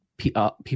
people